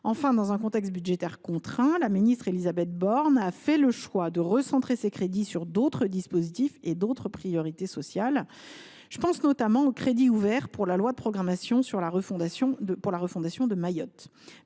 Enfin, dans un contexte budgétaire contraint, la ministre Élisabeth Borne a fait le choix de recentrer ces crédits sur d’autres dispositifs et d’autres priorités sociales. Je pense notamment aux crédits ouverts dans le cadre de la loi de programmation pour la refondation de Mayotte.